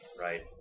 Right